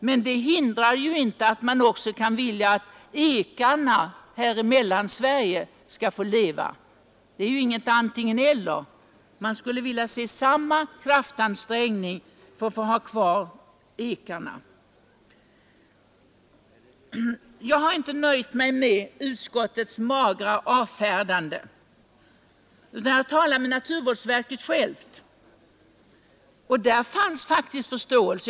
Men det hindrar inte att man också kan vilja att ekarna här i Mellansverige skall få leva. Det behöver inte vara något antingen — eller. Jag skulle vilja att man gör samma kraftansträngning för att vi skall få ha kvar ekarna. Jag har inte nöjt mig med utskottets magra avfärdande, utan jag har själv talat med företrädare för naturvårdsverket. Där fanns faktiskt förståelse.